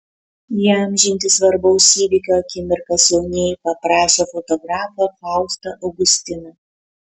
įamžinti svarbaus įvykio akimirkas jaunieji paprašė fotografą faustą augustiną